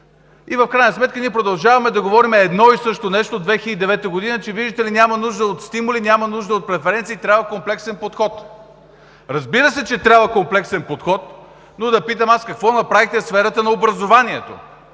В крайна сметка от 2009 г. ние продължаваме да говорим едно и също нещо, че видите ли няма нужда от стимули, няма нужда от преференции, а трябва комплексен подход. Разбира се, че трябва комплексен подход, но да питам: какво направихте в сферата на образованието,